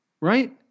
Right